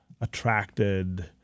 attracted –